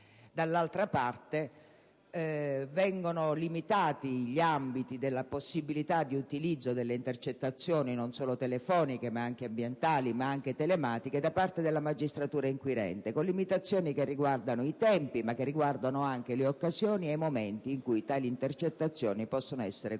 Dall'altra parte, vengono limitati gli ambiti della possibilità di utilizzo delle intercettazioni, non solo telefoniche, ma anche ambientali e telematiche, da parte della magistratura inquirente, con limitazioni che riguardano i tempi, ma anche le occasioni e i momenti in cui tali intercettazioni possono essere compiute.